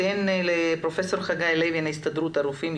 פרופ' חגי לוין מהסתדרות הרופאים,